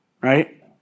Right